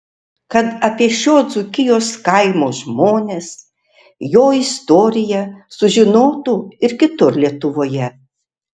kad apie šio dzūkijos kaimo žmones jo istoriją sužinotų ir kitur lietuvoje